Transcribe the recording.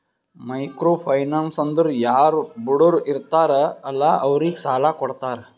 micro finance ಅಂದುರ್ ಯಾರು ಬಡುರ್ ಇರ್ತಾರ ಅಲ್ಲಾ ಅವ್ರಿಗ ಸಾಲ ಕೊಡ್ತಾರ್